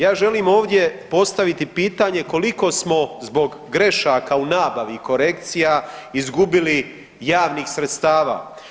Ja želim ovdje postaviti pitanje koliko smo zbog grešaka u nabavi i korekcija izgubili javnih sredstava?